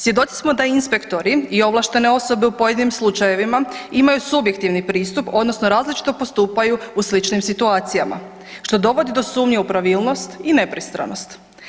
Svjedoci da inspektori i ovlaštene osobe u pojedinim slučajevima imaju subjektivni pristup odnosno različito postupaju u sličnim situacijama, što dovodi do sumnje u pravilnost i nepristranost.